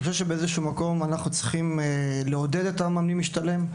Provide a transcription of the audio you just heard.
אני חושב שבאיזה שהוא מקום אנחנו צריכים לעודד את המאמנים להשתלם.